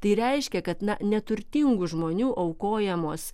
tai reiškia kad na neturtingų žmonių aukojamos